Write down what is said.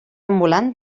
ambulant